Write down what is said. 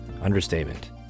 understatement